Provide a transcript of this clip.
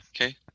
Okay